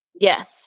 Yes